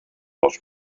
les